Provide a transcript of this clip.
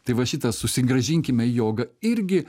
tai va šitas susigrąžinkime jogą irgi